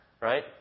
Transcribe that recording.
Right